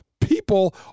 people